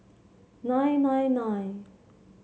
nine nine nine